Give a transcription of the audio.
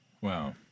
Wow